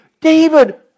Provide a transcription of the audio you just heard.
David